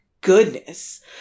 goodness